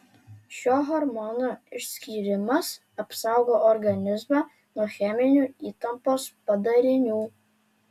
šio hormono išskyrimas apsaugo organizmą nuo cheminių įtampos padarinių